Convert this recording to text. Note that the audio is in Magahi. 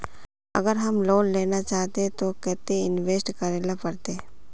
अगर हम लोन लेना चाहते तो केते इंवेस्ट करेला पड़ते?